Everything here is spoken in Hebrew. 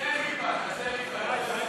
תעשה ריבה, תעשה ריבה.